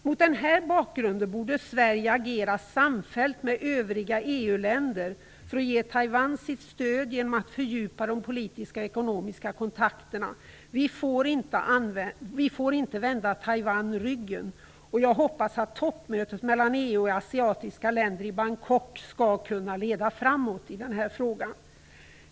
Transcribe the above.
Mot den här bakgrunden borde Sverige agera samfällt med övriga EU-länder för att ge Taiwan sitt stöd genom att fördjupa de politiska och ekonomiska kontakterna. Vi får inte vända Taiwan ryggen, och jag hoppas att toppmötet mellan EU och asiatiska länder i Bangkok skall kunna leda framåt i den här frågan.